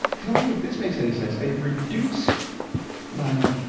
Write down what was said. tell me if this makes any sense. i have reduced my,